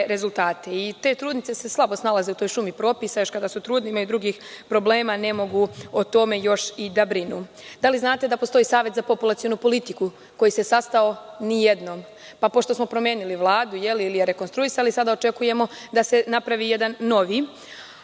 rezultate i te trudnice se slabo snalaze u toj šumi propisa, još kada su u tome, ne mogu još o tome da brinu. Da li znate da postoji Savet za populacionu politiku koji se sastao nijednom, pa pošto smo promenili Vladu ili je rekonstruisali, sada očekujemo da se napravi jedan novi,